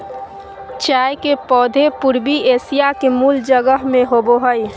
चाय के पौधे पूर्वी एशिया के मूल जगह में होबो हइ